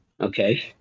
Okay